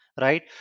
right